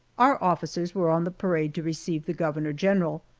our officers were on the parade to receive the governor general,